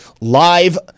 live